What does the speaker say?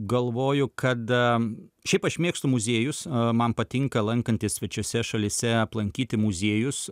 galvoju kad šiaip aš mėgstu muziejus man patinka lankantis svečiose šalyse aplankyti muziejus